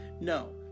No